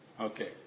Okay